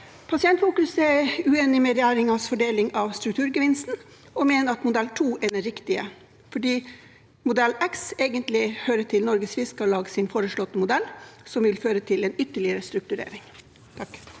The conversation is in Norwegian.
Pasientfokus er uenig i regjerings fordeling av strukturgevinsten og mener at modell 2 er den riktige, fordi modell X egentlig hører til Norges Fiskarlags foreslåtte modell, som vil føre til en ytterligere strukturering.